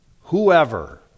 whoever